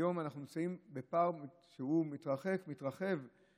היום אנחנו נמצאים בפער שהוא מתרחב ונהיה